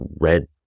red